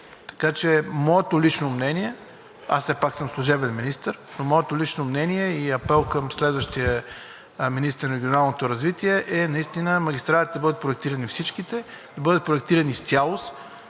лотове. Моето лично мнение – все пак съм служебен министър, но моето лично мнение и апел към следващия министър на регионалното развитие е наистина магистралите да бъдат проектирани всичките, да бъдат проектирани изцяло.